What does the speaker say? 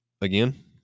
again